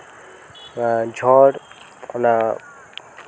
ᱡᱷᱚᱲ ᱚᱱᱟ